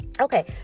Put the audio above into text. okay